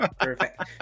Perfect